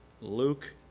Luke